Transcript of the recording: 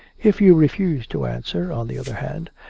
if you refuse to answer, on the other hand,